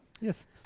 Yes